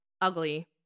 ugly